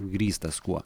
grįstas kuo